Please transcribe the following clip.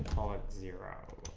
x zero